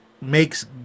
makes